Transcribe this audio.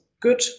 good